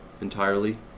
entirely